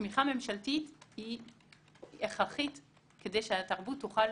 התמיכה הממשלתית היא הכרחית כדי שהתרבות תוכל